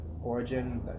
Origin